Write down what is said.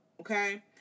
okay